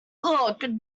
look